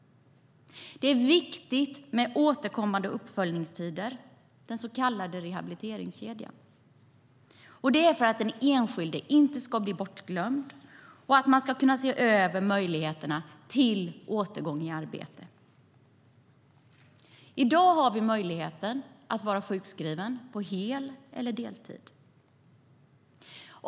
Det är viktigt med återkommande uppföljningstider, den så kallade rehabiliteringskedjan. Det är för att den enskilde inte ska bli bortglömd utan få möjlighet att återgå i arbete.I dag finns möjligheten att vara sjukskriven på hel eller deltid.